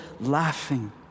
laughing